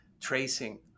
tracing